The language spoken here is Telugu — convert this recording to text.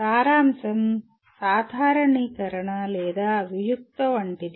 సారాంశం సాధారణీకరణ లేదా వియుక్త వంటిది